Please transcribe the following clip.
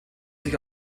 sich